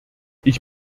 ich